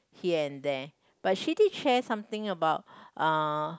here and there but she did share something about uh